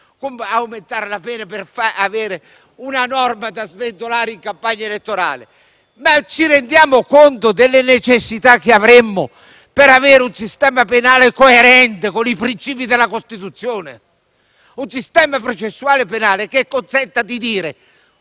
con l'aumento delle pene per avere una norma da sventolare in campagna elettorale, rendiamoci conto delle necessità che avremmo per avere un sistema penale coerente con i principi della Costituzione. Abbiamo bisogno di un sistema processuale penale che consenta di dire